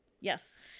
Yes